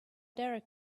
derek